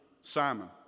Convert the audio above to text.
Simon